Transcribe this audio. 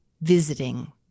visiting